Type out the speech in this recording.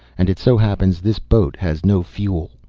and it so happens this boat has no fuel.